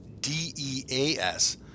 D-E-A-S